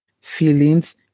feelings